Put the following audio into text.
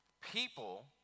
People